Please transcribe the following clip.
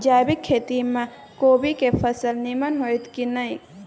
जैविक खेती म कोबी के फसल नीमन होतय की नय?